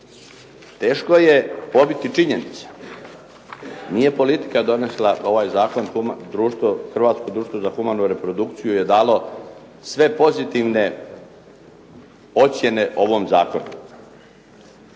Teško je pobiti činjenice. Nije politika donijela ovaj zakon, Hrvatsko društvo za humanu reprodukciju je dalo sve pozitivne ocjene ovom zakonu.